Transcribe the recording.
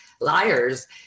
liars